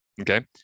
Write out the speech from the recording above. okay